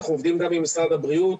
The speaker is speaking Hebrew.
אנחנו עובדים גם עם משרד הבריאות